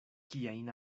kiajn